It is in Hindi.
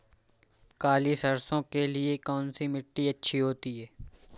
काली सरसो के लिए कौन सी मिट्टी अच्छी होती है?